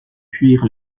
fuir